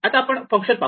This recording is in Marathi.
आता आपण फंक्शन पाहू